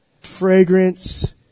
Fragrance